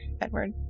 Edward